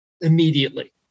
immediately